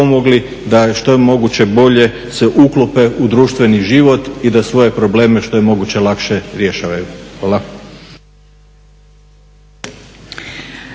da što je moguće bolje se uklope u društveni život i da svoje probleme što je moguće lakše rješavaju. Hvala.